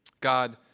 God